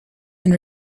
and